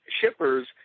shippers